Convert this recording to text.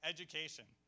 Education